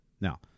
Now